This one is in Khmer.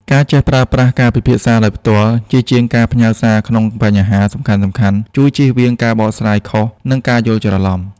ការចេះប្រើប្រាស់ "ការពិភាក្សាដោយផ្ទាល់" ជាជាងការផ្ញើសារក្នុងបញ្ហាសំខាន់ៗ ជួយជៀសវាងការបកស្រាយខុស និងការយល់ច្រឡំ។